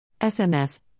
SMS